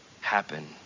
happen